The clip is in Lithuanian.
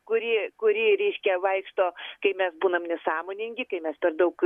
kuri kuri reiškia vaikšto kai mes būnam nesąmoningi kai mes per daug